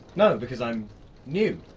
no. because i'm new.